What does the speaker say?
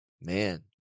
Man